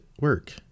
work